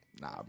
nah